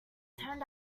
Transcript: turned